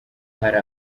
hari